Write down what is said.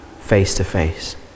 face-to-face